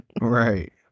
right